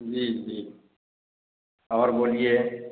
जी जी और बोलिए